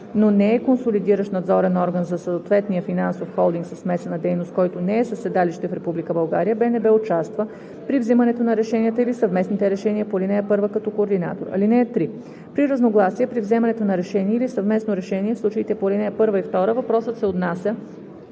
но не е консолидиращ надзорен орган за съответния финансов холдинг със смесена дейност, който не е със седалище в Република България, БНБ участва при вземането на решенията или съвместните решения по ал. 1 като координатор. (3) При разногласия при вземането на решение или съвместно решение, в случаите по ал. 1 и 2, въпросът се отнася